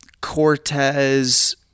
Cortez